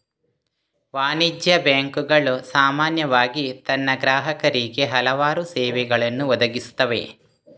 ವಾಣಿಜ್ಯ ಬ್ಯಾಂಕುಗಳು ಸಾಮಾನ್ಯವಾಗಿ ತನ್ನ ಗ್ರಾಹಕರಿಗೆ ಹಲವಾರು ಸೇವೆಗಳನ್ನು ಒದಗಿಸುತ್ತವೆ